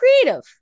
creative